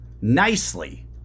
nicely